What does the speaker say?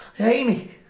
Amy